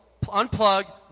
unplug